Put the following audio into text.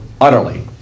utterly